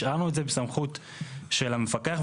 השארנו את זה בסמכות שלה מקפח,